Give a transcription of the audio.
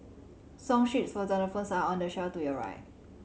Song sheets for xylophones are on the shelf to your right